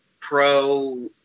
pro